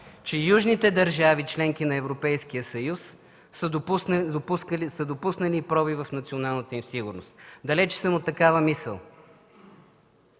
че южните държави – членки на Европейския съюз, са допуснали пробив в националната им сигурност. Далеч съм от такава мисъл.